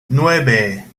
nueve